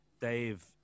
Dave